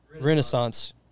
Renaissance